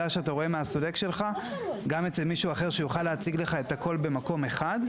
שאתה רואה מהסולק שלך גם אצל מישהו אחר שיוכל להציג לך את הכול במקום אחד.